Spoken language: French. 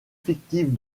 fictive